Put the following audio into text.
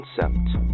concept